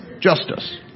justice